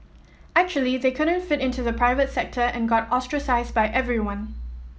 actually they couldn't fit into the private sector and got ostracised by everyone